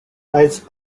has